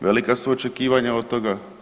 Velika su očekivanja od toga.